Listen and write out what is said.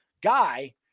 guy